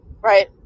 right